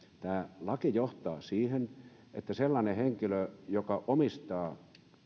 tämä laki johtaa siihen että sellainen henkilö joka omistaa